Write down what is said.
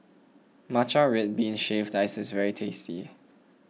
Matcha Red Bean Shaved Ice is very tasty